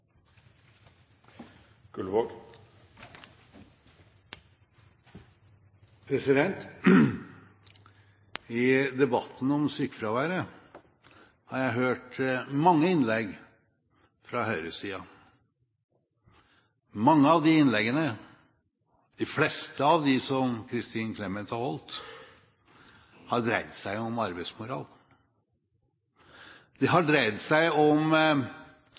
I debatten om sykefraværet har jeg hørt mange innlegg fra høyresiden. Mange av de innleggene – de fleste av dem som Kristin Clemet har holdt – har dreid seg om arbeidsmoral. De har dreid seg om